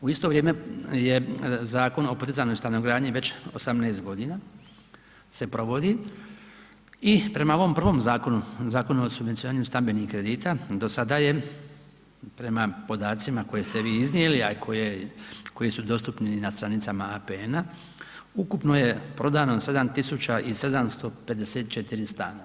U isto vrijeme je Zakon o poticajnoj stanogradnji već 18 godina se provodi i prema ovom prvom zakonu, Zakonu o subvencioniranju stambenih kredita do sada je prema podacima koje ste vi iznijeli a i koji su dostupni na stranicama APN-a ukupno je prodano 7754 stana.